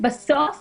בסוף